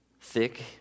thick